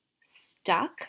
stuck